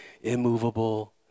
immovable